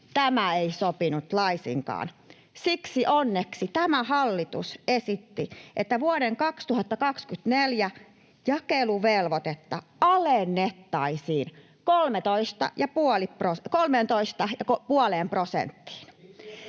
tämä ei sopinut laisinkaan. Siksi onneksi tämä hallitus esitti, että vuoden 2024 jakeluvelvoitetta alennettaisiin 13,5 prosenttiin.